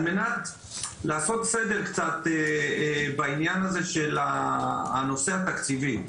על מנת לעשות סדר קצת בעניין הזה של הנושא התקציבי.